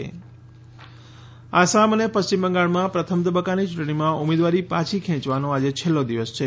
ચુંટણી સૂચનો આસામ અને પશ્ચિમ બંગાળમાં પ્રથમ તબક્કાની યૂટણીમાં ઉમેદવારી પાછી ખેંચવાની આજે છેલ્લો દિવસ છે